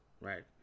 right